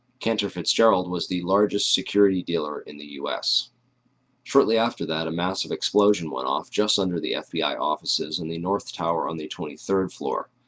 cantor fitzgerald was the largest security dealer in the us. shortly after that, a massive explosion went off just under the fbi offices in the north tower on the twenty third floor.